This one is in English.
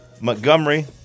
Montgomery